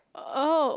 oh